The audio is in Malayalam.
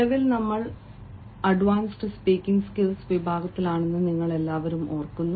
നിലവിൽ നമ്മൾ അഡ്വാൻസ്ഡ് സ്പീക്കിംഗ് സ്കിൽസ് വിഭാഗത്തിലാണെന്ന് നിങ്ങൾ എല്ലാവരും ഓർക്കുന്നു